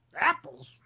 Apples